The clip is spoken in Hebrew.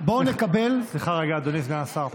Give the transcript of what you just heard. בואו נקבל, סליחה, רגע, אדוני סגן השר.